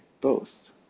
boast